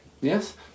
Yes